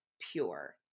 pure